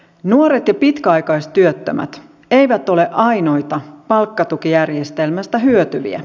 nuoret ja pitkäaikaistyöttömät eivät ole ainoita palkkatukijärjestelmästä hyötyviä